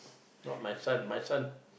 not my son my son